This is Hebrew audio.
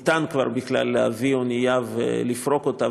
ניתן כבר בכלל להביא אונייה ולפרוק אותה,